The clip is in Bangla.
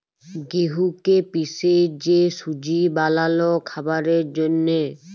গেঁহুকে পিসে যে সুজি বালাল খাবারের জ্যনহে